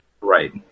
Right